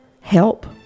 help